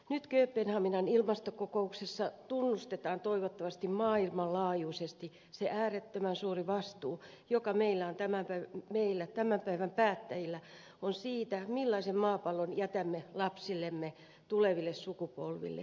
nyt kööpenhaminan ilmastokokouksessa tunnustetaan toivottavasti maailmanlaajuisesti se äärettömän suuri vastuu mikä meillä tämän päivän päättäjillä on siitä millaisen maapallon jätämme lapsillemme tuleville sukupolville